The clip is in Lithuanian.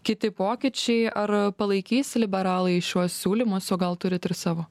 kiti pokyčiai ar palaikys liberalai šiuos siūlymus o gal turit ir savo